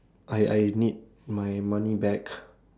I I need my money back